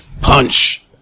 punch